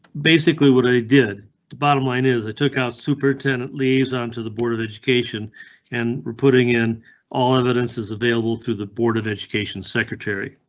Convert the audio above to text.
basically what i did the bottom line is i took out super tenant leaves on to the board of education and we're putting in all evidence is available through the board of education secretary.